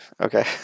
Okay